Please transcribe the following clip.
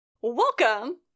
Welcome